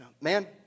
Man